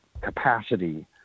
capacity